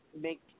make